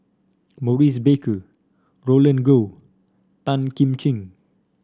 Maurice Baker Roland Goh Tan Kim Ching